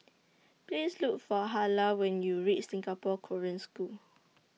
Please Look For Hilah when YOU REACH Singapore Korean School